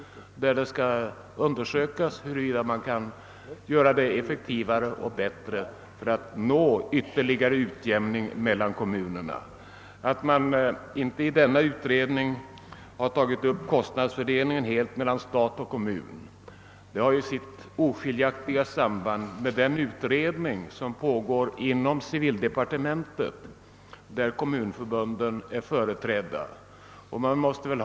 Utredningen skall undersöka, om systemet kan göras effektivare och bättre i syfte att nå ytterligare utjämning mellan kommunerna. Att denna utredning inte skall ta upp frågan om kostnadsfördelningen mellan stat och kommun beror på att en utredning i vilken kommunförbunden är företrädda pågår inom civildepartementet.